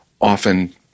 often